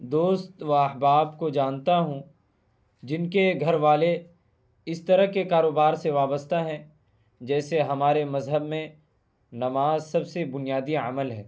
دوست و احباب کو جانتا ہوں جن کے گھر والے اس طرح کے کاروبار سے وابستہ ہیں جیسے ہمارے مذہب میں نماز سب سے بنیادی عمل ہے